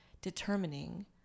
determining